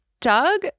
Doug